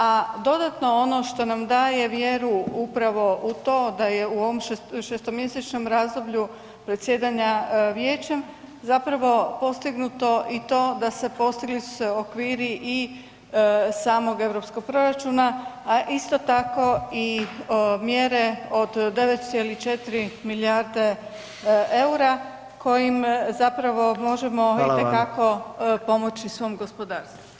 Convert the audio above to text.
A dodatno ono što nam daje vjeru upravo u to da je u ovom šestomjesečnom razdoblju predsjedanja Vijećem postignuto i to da su se postigli okviri i samog europskog proračuna, a isto tako i mjere od 9,4 milijarde eura kojim možemo itekako pomoći svom gospodarstvu.